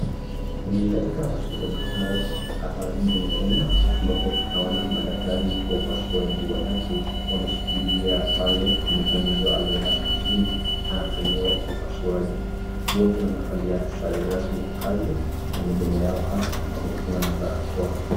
Lenye katika hospitali kubwa hapa nchini Kenya ambapo tunaona madaktari wa upasuaji wa tatu wameshikilia pale mgonjwa aliyelazwa jini anafanyiwa upasuaji. Wote wamevalia sare rasmi ya kazi na midomo yao hata wamefungwa na barakoa.